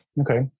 Okay